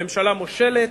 הממשלה מושלת,